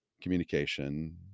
communication